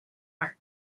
art